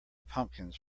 pumpkins